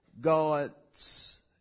God's